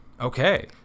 Okay